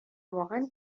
واقعا